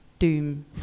doom